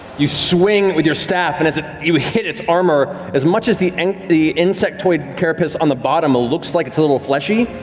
you swing with your staff and as ah you hit its armor, as much as the the insectoid carapace on the bottom looks like it's a little fleshy,